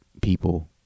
people